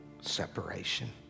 separation